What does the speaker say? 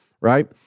right